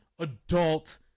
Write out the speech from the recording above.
adult